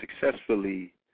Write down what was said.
successfully